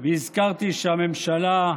הזכרתי שהממשלה,